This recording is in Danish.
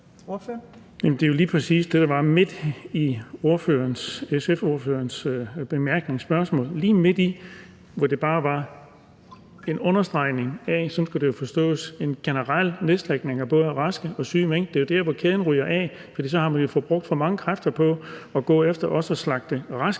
det er jo lige præcis det, der var midt i SF-ordførerens spørgsmål – lige midt i – hvor det bare var en understregning af, sådan skulle det jo forstås, en generel nedslagtning af både raske og syge mink. Det er jo der, hvor kæden ryger af, for så har man jo fået brugt for mange kræfter på at gå efter også at slagte raske